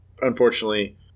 unfortunately